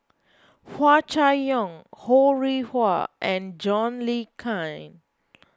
Hua Chai Yong Ho Rih Hwa and John Le Cain